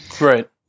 Right